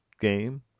game